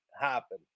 happen